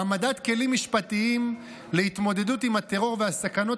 העמדת כלים משפטיים להתמודדות עם הטרור והסכנות